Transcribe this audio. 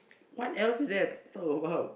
what else is there talk about